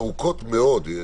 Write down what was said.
שעות ארוכות מאוד.